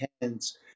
hands